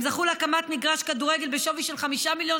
הם זכו להקמת מגרש כדורגל בשווי של 5 מיליון